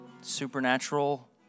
supernatural